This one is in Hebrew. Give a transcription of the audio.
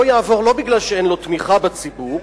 לא יעבור לא מפני שאין לו תמיכה בציבור,